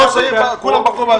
כולם בחרו בראש העירייה?